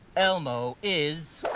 elmo is